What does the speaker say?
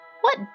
What